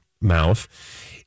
mouth